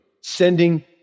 sending